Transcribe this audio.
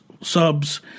subs